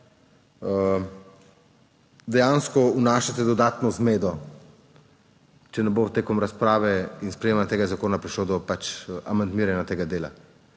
dejansko vnašate dodatno zmedo, če ne bo tekom razprave in sprejemanja tega zakona prišlo do amandmiranja tega dela.